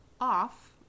off